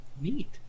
neat